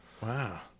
Wow